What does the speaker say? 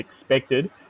expected